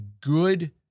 good